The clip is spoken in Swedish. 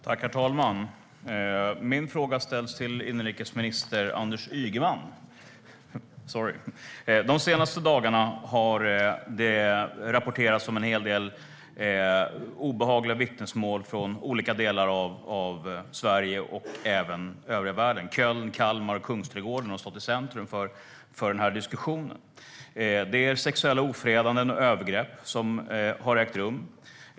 Herr talman! Jag vill ställa min fråga till inrikesminister Anders Ygeman. De senaste dagarna har det rapporterats en hel del obehagliga vittnesmål från olika delar av Sverige och övriga världen. Köln, Kalmar och Kungsträdgården har stått i centrum för diskussionen som handlar om sexuella ofredanden och övergrepp som har ägt rum.